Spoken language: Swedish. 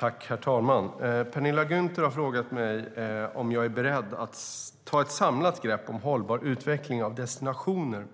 Herr talman! Penilla Gunther har frågat mig om jag är beredd att ta ett samlat grepp om hållbar utveckling av destinationer